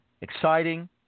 exciting